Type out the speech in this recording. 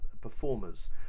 performers